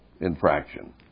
infraction